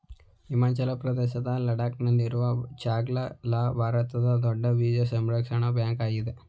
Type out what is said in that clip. ಹಿಮಾಚಲ ಪ್ರದೇಶದ ಲಡಾಕ್ ನಲ್ಲಿರುವ ಚಾಂಗ್ಲ ಲಾ ಭಾರತದ ದೊಡ್ಡ ಬೀಜ ಸಂರಕ್ಷಣಾ ಬ್ಯಾಂಕ್ ಆಗಿದೆ